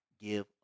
give